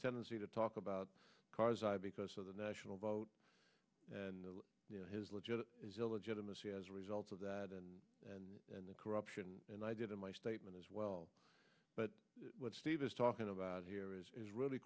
tendency to talk about karzai because of the national vote and you know his legit illegitimacy as a result of that and and and the corruption and i did in my statement as well but steve is talking about here is really